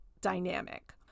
dynamic